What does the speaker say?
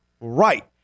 right